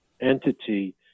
entity